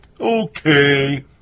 Okay